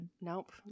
nope